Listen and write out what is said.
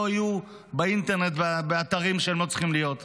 יהיו באינטרנט באתרים שהן לא צריכות להיות בהם.